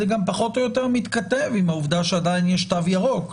זה גם פחות או יותר מתכתב עם העובדה שעדיין יש תו ירוק,